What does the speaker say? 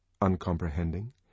uncomprehending